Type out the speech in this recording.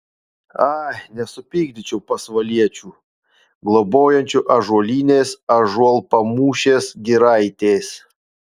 ai nesupykdyčiau pasvaliečių globojančių ąžuolynės ąžuolpamūšės giraitės